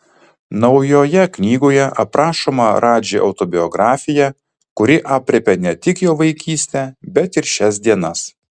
naujoje knygoje aprašoma radži autobiografija kuri aprėpia ne tik jo vaikystę bet ir šias dienas